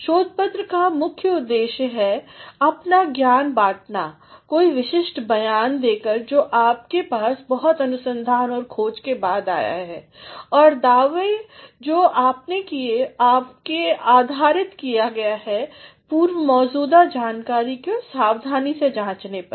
तो शोध पत्र का मुख्य उद्देश्य है अपना ज्ञान बांटना कोई विशिष्ट बयान दे कर जो आपके पास बहुत अनुसंधान और खोज के बाद है और दावे जो आपने किएआपने आधारित किया है पूर्व मौजूदा जानकारी की सावधान जांच पर